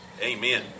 Amen